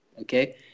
Okay